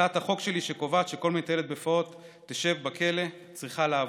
הצעת החוק שלי שקובעת שכל מתעללת בפעוט תשב בכלא צריכה לעבור.